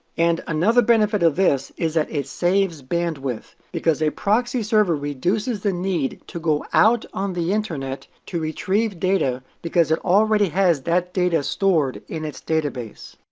and another benefit of this is that it saves bandwidth, because a proxy server reduces the need to go out on the internet to retrieve data because it already has that data stored in its database.